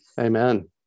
Amen